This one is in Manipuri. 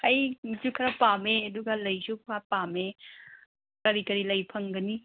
ꯍꯩꯁꯨ ꯈꯔ ꯄꯥꯝꯃꯦ ꯑꯗꯨꯒ ꯂꯩꯁꯨ ꯈꯔ ꯄꯥꯝꯃꯦ ꯀꯔꯤ ꯀꯔꯤ ꯂꯩ ꯐꯪꯒꯅꯤ